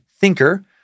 thinker